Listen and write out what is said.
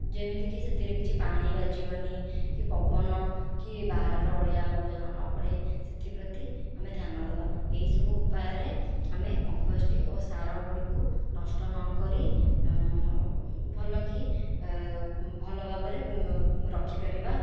ଯେମିତିକି ସେଥିରେ କିଛି ପାଣି ବାଜିବନାହିଁ କି ପବନ କି ବାହାରର ଅଳିଆ ଆବର୍ଜନା ନ ପଡ଼େ ସେଥିପ୍ରତି ଆମେ ଧ୍ୟାନ ଦେବା ଏହି ସବୁ ଉପାୟରେ ଆମେ କମ୍ପୋଷ୍ଟ ଓ ସାର ଗୁଡ଼ିକୁ ନଷ୍ଟ ନକରି ଭଲ କି ଭଲ ଭାବରେ ରଖିପାରିବା